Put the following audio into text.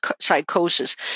psychosis